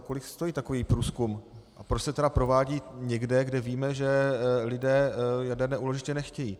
Kolik stojí takový průzkum a proč se tedy provádí někde, kde víme, že lidé jaderné úložiště nechtějí?